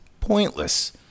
pointless